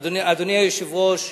אדוני היושב-ראש,